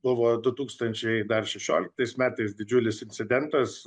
buvo du tūkstančiai dar šešioliktais metais didžiulis incidentas